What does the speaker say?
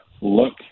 look